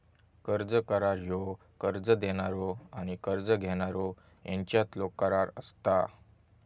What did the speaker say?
कर्ज करार ह्यो कर्ज देणारो आणि कर्ज घेणारो ह्यांच्यातलो करार असता